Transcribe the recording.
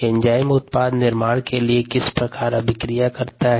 enzyme उत्पाद निर्माण के लिए किस प्रकार अभिक्रिया करता है